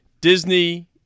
Disney